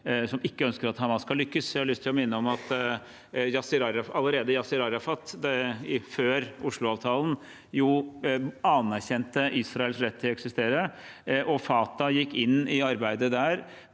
som ikke ønsker at Hamas skal lykkes. Jeg har lyst til å minne om at allerede Yasir Arafat, før Oslo-avtalen, anerkjente Israels rett til å eksistere, og Fatah gikk inn i arbeidet der